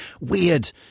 Weird